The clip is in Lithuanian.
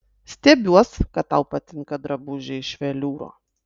stebiuos kad tau patinka drabužiai iš veliūro